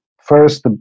first